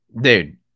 Dude